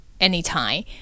anytime